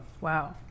Wow